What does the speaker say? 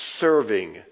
serving